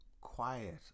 quiet